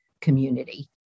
community